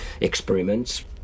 experiments